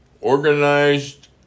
organized